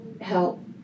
help